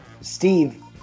Steve